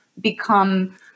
become